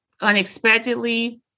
unexpectedly